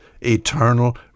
eternal